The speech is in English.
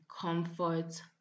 comfort